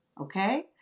Okay